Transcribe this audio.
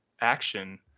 action